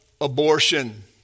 abortion